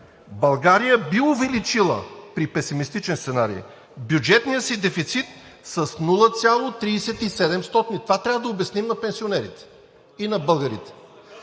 България би увеличила бюджетния си дефицит с 0,37. Това трябва да обясним на пенсионерите и на българите.